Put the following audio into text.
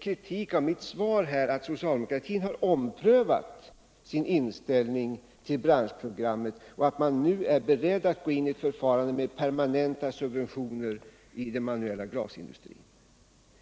kritik av mitt svar att socialdemokratin har omprövat sin inställning till branschprogrammet och att man nu är beredd att gå in i ett förfarande med permanenta subventioner i den manuella glasindustrin?